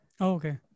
okay